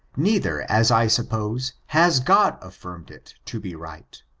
neither, as i suppose, has god afibrmed it to be right.